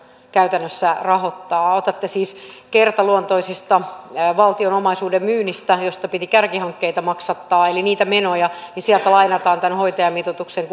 käytännössä rahoittaa otatte siis kertaluontoisesta valtion omaisuuden myynnistä josta piti kärkihankkeita maksattaa eli niitä menoja sieltä lainataan tämän hoitajamitoituksen